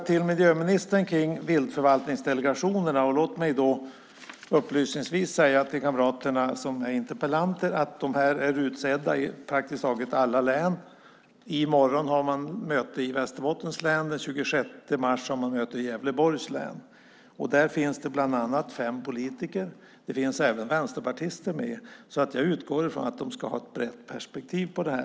Viltförvaltningsdelegationer är utsedda i praktiskt taget alla län, vill jag upplysningsvis säga till kamraterna som är interpellanter. I morgon har man möte i Västerbottens län. Den 26 mars har man möte i Gävleborgs län. Där finns det bland annat fem politiker. Det finns även vänsterpartister med, så jag utgår från att de ska ha ett brett perspektiv på detta.